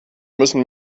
müssen